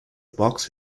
box